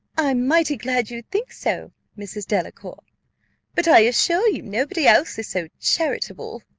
i'm mighty glad you think so, mrs. delacour but i assure you nobody else is so charitable.